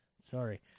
Sorry